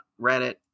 Reddit